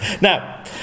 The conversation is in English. Now